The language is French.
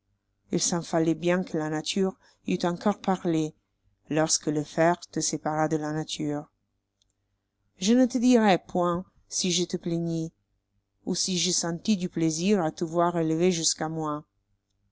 il s'en falloit bien que la nature eût encore parlé lorsque le fer te sépara de la nature je ne te dirai point si je te plaignis ou si je sentis du plaisir à te voir élevé jusqu'à moi